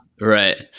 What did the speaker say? Right